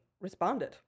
responded